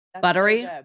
Buttery